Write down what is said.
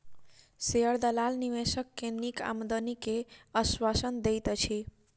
share दलाल निवेशक के नीक आमदनी के आश्वासन दैत अछि